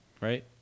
Right